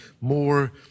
more